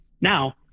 Now